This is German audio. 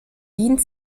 dient